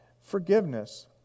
Forgiveness